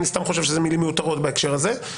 אני סתם חושב שאלה מילים מיותרות בהקשר הזה.